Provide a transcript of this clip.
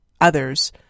others